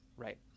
Right